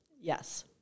Yes